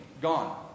Gone